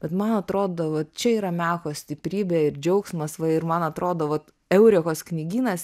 bet man atrodo va čia yra meko stiprybė ir džiaugsmas va ir man atrodo vat eurekos knygynas